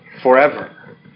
forever